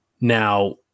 Now